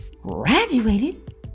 graduated